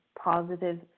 positive